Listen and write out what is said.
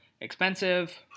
expensive